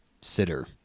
sitter